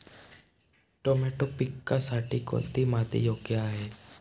Tomato पिकासाठी कोणती माती योग्य आहे?